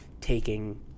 taking